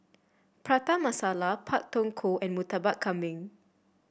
Prata Masala Pak Thong Ko and Murtabak Kambing